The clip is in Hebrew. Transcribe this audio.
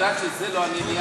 את יודעת שאת זה לא אני ניהלתי.